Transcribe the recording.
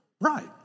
right